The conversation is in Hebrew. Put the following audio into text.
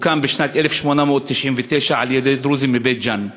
והוא הוקם בשנת 1889 על-ידי דרוזים מבית-ג'ן.